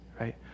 right